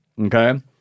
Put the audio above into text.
Okay